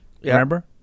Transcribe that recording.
Remember